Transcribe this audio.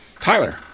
Tyler